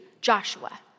Joshua